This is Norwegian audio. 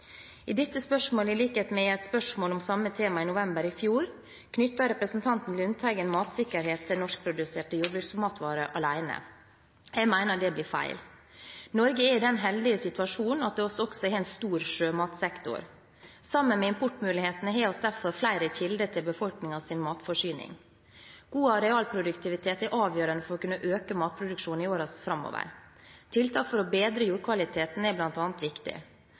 I dette spørsmålet – i likhet med i et spørsmål om samme tema i november i fjor – knytter representanten Lundteigen matsikkerhet til norskproduserte jordbruksmatvarer alene. Jeg mener det blir feil. Norge er i den heldige situasjonen at vi også har en stor sjømatsektor. Sammen med importmulighetene har vi derfor flere kilder til befolkningens matforsyning. God arealproduktivitet er avgjørende for å kunne øke matproduksjonen i årene framover. Tiltak for å bedre jordkvaliteten er bl.a. viktig.